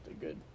good